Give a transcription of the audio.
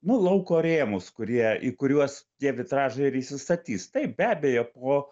nu lauko rėmus kurie į kuriuos tie vitražai ir įsistatys taip be abejo po